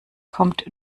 kommt